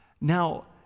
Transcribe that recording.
Now